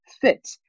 fit